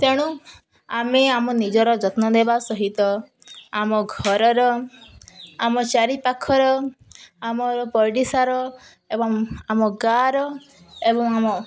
ତେଣୁ ଆମେ ଆମ ନିଜର ଯତ୍ନ ଦେବା ସହିତ ଆମ ଘରର ଆମ ଚାରିପାଖର ଆମର ପଡ଼ିଶାର ଏବଂ ଆମ ଗାଁର ଏବଂ ଆମ